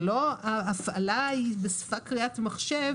ההפעלה היא בשפת קריאת מחשב,